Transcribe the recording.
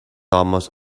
almost